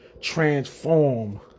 Transform